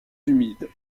humides